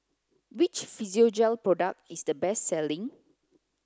which Physiogel product is the best selling